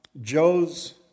Joe's